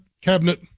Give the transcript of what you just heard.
cabinet